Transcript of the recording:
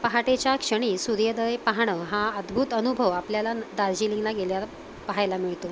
पहाटेच्या क्षणी सूर्यदय पाहणं हा अद्भुत अनुभव आपल्याला दार्जिलिंगला गेल्यावर पाहायला मिळतो